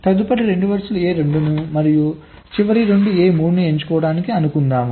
తదుపరి 2 A2 ని మరియు చివరి 2 A3 ని ఎన్నుకోవటానికి అనుకుందాం